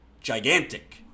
gigantic